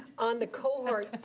on the cohort,